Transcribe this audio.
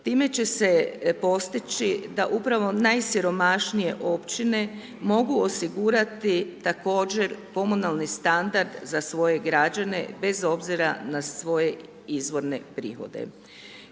Time će se postići da upravo najsiromašnije Općine mogu osigurati također komunalni standard za svoje građane bez obzira na svoje izvorne prihode.